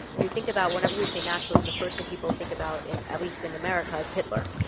when you think about, whenever we say nationalism, the first thing people think about in. at least in america, is hitler